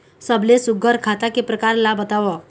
सबले सुघ्घर खाता के प्रकार ला बताव?